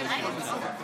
היו"ר מאיר